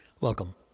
Welcome